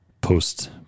post